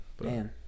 Man